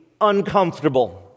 uncomfortable